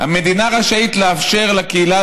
"המדינה רשאית לאפשר לקהילה,